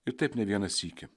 ir taip ne vieną sykį